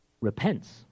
repents